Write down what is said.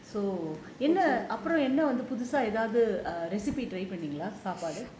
so என்ன அப்புறம் என்ன வந்து புதுசா எதாவுது:enna appuram enna vanthu puthusa ethavuthu try பண்ணீங்களா:panningalaa